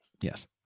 Yes